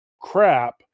crap